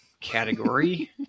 category